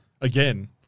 again